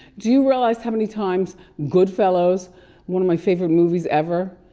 do you realize how many times goodfellas one of my favorite movies ever.